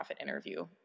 interview